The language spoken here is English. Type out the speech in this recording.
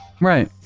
Right